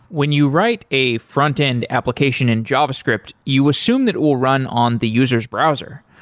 when you write a front-end application in javascript, you assume that it will run on the user's browser,